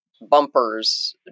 bumpers